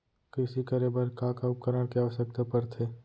कृषि करे बर का का उपकरण के आवश्यकता परथे?